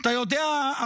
אתה יודע,